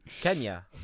Kenya